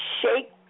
shake